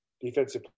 defensive